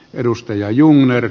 edustaja jungner